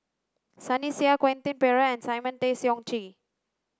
Sunny Sia Quentin Pereira and Simon Tay Seong Chee